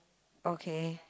okay